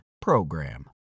PROGRAM